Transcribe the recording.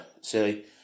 silly